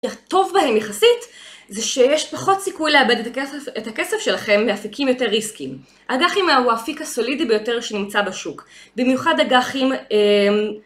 הטוב בהם יחסית זה שיש פחות סיכוי לאבד את הכסף שלכם מאפיקים יותר ריסקים. האג"חים הוא האפיק הסולידי ביותר שנמצא בשוק. במיוחד אג"חים